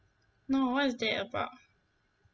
no what is that about